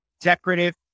Decorative